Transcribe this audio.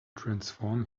transform